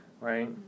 Right